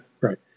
right